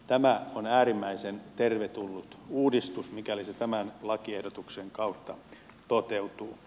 tämä on äärimmäisen tervetullut uudistus mikäli se tämän lakiehdotuksen kautta toteutuu